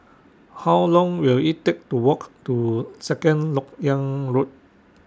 How Long Will IT Take to Walk to Second Lok Yang Road